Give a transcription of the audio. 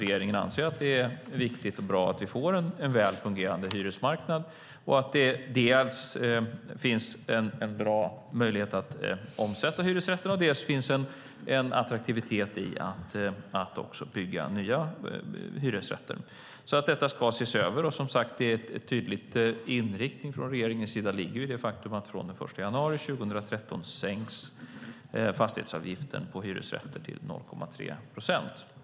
Regeringen anser att det är viktigt och bra att vi får en väl fungerande hyresmarknad och att det finns en bra möjlighet att omsätta hyresrätter och att det finns en attraktivitet i att bygga nya hyresrätter. Detta ska ses över. Och, som sagt, en tydlig inriktning från regeringens sida ligger i det faktum att från den 1 januari 2013 sänks fastighetsavgiften för hyresrätter till 0,3 procent.